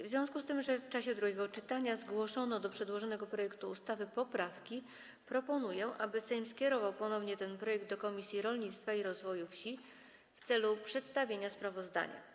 W związku z tym, że w czasie drugiego czytania zgłoszono do przedłożonego projektu ustawy poprawki, proponuję, aby Sejm skierował ponownie ten projekt do Komisji Rolnictwa i Rozwoju Wsi w celu przedstawienia sprawozdania.